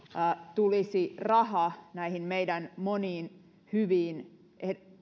tulisi raha näihin meidän moniin hyviin